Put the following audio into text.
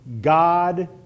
God